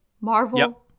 Marvel